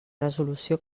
resolució